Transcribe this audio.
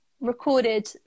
recorded